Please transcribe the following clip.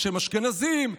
שהם אשכנזים,